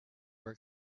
were